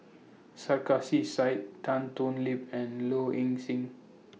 Sarkasi Said Tan Thoon Lip and Low Ing Sing